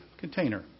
container